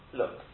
look